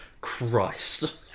Christ